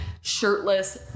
shirtless